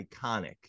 iconic